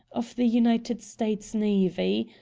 of the united states navy.